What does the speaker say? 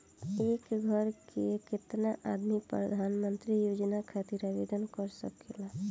एक घर के केतना आदमी प्रधानमंत्री योजना खातिर आवेदन कर सकेला?